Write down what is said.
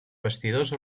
vestidors